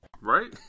Right